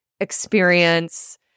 experience